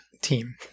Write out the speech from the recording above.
team